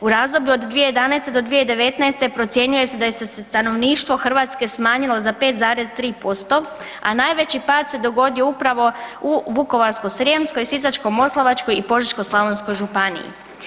U razdoblju od 2011. do 2019. procjenjuje se da je se stanovništvo Hrvatske smanjilo za 5,3%, a najveći pad se dogodio upravo u Vukovarsko-srijemskoj, Sisačko-moslavačkoj i Požeško-slavonskoj županiji.